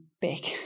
big